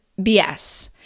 BS